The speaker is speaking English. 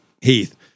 Heath